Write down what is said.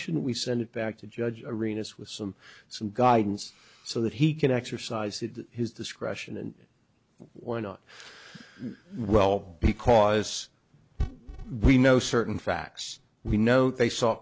shouldn't we send it back to judge arenas with some some guidance so that he can exercise it his discretion and we're not well because we know certain facts we know they s